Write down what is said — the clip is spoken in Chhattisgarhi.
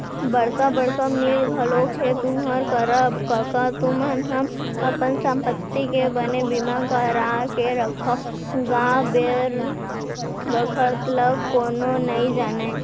बड़का बड़का मील घलोक हे तुँहर करा कका तुमन ह अपन संपत्ति के बने बीमा करा के रखव गा बेर बखत ल कोनो नइ जानय